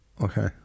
Okay